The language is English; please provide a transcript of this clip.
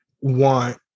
want